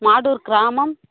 மாடூர் கிராமம்